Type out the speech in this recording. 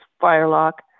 firelock